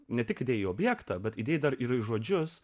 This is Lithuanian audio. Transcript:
ne tik deja objektą bet dar ir žodžius